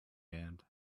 band